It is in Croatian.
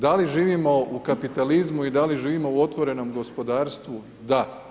Da li živimo u kapitalizmu i da li živimo u otvorenom gospodarstvu, da.